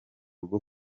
rwo